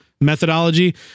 methodology